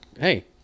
Hey